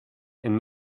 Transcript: and